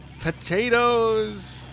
potatoes